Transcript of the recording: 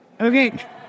Okay